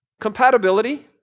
compatibility